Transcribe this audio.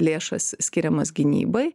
lėšas skiriamas gynybai